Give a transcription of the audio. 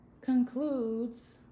concludes